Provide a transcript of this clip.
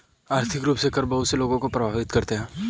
आर्थिक रूप से कर बहुत से लोगों को प्राभावित करते हैं